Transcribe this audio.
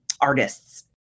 artists